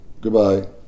goodbye